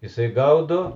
jisai gaudo